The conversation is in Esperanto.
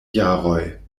jaroj